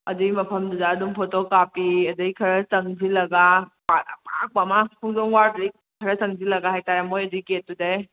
ꯑꯗꯨꯏ ꯃꯐꯝꯗꯨꯗ ꯑꯗꯨꯝ ꯐꯣꯇꯣ ꯀꯥꯞꯄꯤ ꯑꯗꯩ ꯈꯔ ꯆꯪꯁꯤꯜꯂꯒ ꯄꯥꯠ ꯑꯄꯥꯛꯄ ꯑꯃ ꯈꯣꯡꯖꯣꯝ ꯋꯥꯔ ꯗꯨꯗꯩ ꯈꯔ ꯆꯪꯁꯤꯜꯂꯒ ꯍꯥꯏꯇꯥꯔꯦ ꯃꯣꯏ ꯑꯗꯨꯏ ꯒꯦꯠ ꯇꯨꯗꯩ